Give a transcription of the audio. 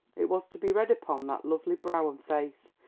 it was to be read upon that lovely brow and face,